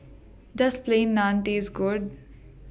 Does Plain Naan Taste Good